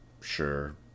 Sure